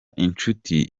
inshuti